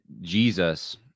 Jesus